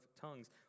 tongues